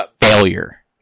Failure